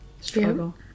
struggle